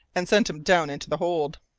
and sent him down into the hold.